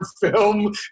film